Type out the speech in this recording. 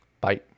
Bye